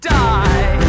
die